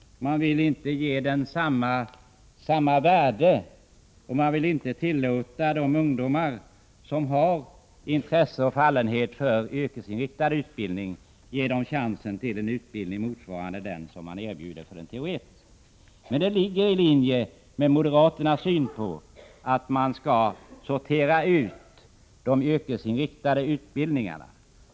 Man vill inte ge denna utbildning samma värde som annan utbildning och man vill inte tillåta de ungdomar som har intresse och fallenhet för yrkesinriktad utbildning att få chansen till en utbildning av samma värde som den teoretiska. Detta ligger emellertid i linje med moderaternas inställning att man bör sortera ut de yrkesinriktade utbildningarna.